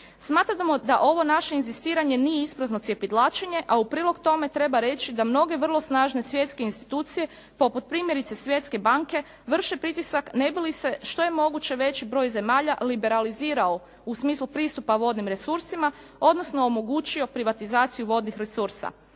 Smatramo da ovo naše inzistiranje nije isprazno cjepidlačenje, a u prilog tome treba reći da mnoge vrlo snažne svjetske institucije poput primjerice Svjetske banke vrše pritisak ne bi li se što je moguće veći broj zemalja liberalizirao u smislu pristupa vodnim resursima, odnosno omogućio privatizaciju vodnih resursa.